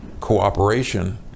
cooperation